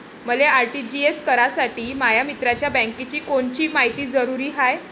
मले आर.टी.जी.एस करासाठी माया मित्राच्या बँकेची कोनची मायती जरुरी हाय?